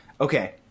Okay